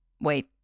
wait